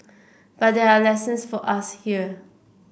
but there are lessons for us here